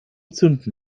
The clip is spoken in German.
zünden